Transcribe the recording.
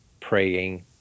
praying